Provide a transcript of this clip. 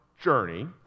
journey